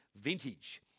vintage